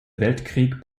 weltkrieg